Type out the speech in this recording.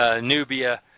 Nubia